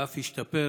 ואף ישתפר,